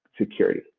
security